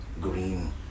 green